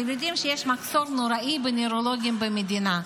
אתם יודעים שיש מחסור נוראי בנוירולוגים במדינה?